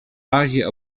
razie